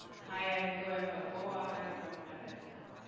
hi, i'm zoya falkova, i'm from kazakhstan.